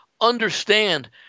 understand